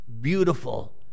beautiful